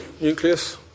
nucleus